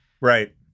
Right